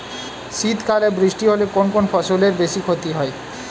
শীত কালে বৃষ্টি হলে কোন কোন ফসলের বেশি ক্ষতি হয়?